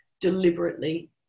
deliberately